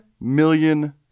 million